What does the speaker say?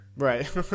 Right